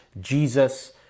Jesus